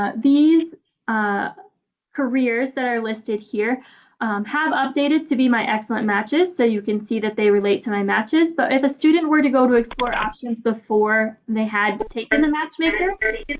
ah these ah careers that are listed here have updated to be my excellent matches. so you can see that they relate to my matches, but if a student were to go to explore options before they had but taken the matchmaker